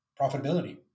profitability